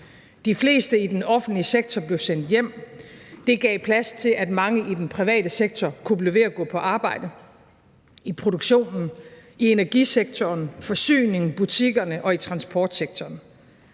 De fleste i den offentlige sektor blev sendt hjem. Det gav plads til, at mange i den private sektor kunne blive ved med at gå på arbejde i produktionen, i energisektoren, i forsyningssektoren, i butikkerne og i transportsektoren.